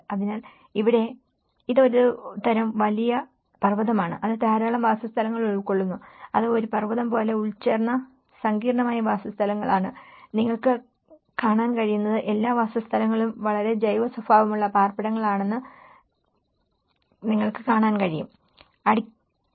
അതിനാൽ ഇവിടെ ഇത് ഒരുതരം വലിയ പർവതമാണ് അത് ധാരാളം വാസസ്ഥലങ്ങൾ ഉൾക്കൊള്ളുന്നു അത് ഒരു പർവതം പോലെ ഉൾച്ചേർന്ന സങ്കീർണ്ണമായ വാസസ്ഥലങ്ങളാണ് നിങ്ങൾക്ക് കാണാൻ കഴിയുന്നത് എല്ലാ വാസസ്ഥലങ്ങളും വളരെ ജൈവ സ്വഭാവമുള്ള പാർപ്പിടങ്ങളാണെന്നു നിങ്ങൾക്ക് കാണാൻ കഴിയുo